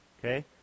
Okay